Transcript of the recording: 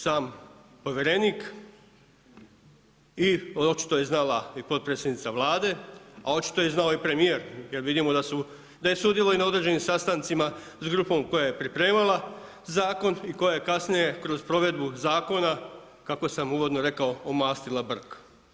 Sam povjerenik i očito je znala i potpredsjednica Vlade, a očito je znao i premijer jer vidimo da je sudjelovao na određenim sastancima s grupom koja je pripremala Zakon i koja je kasnije kroz provedbu Zakona, kako sam uvodno rekao omastila brk.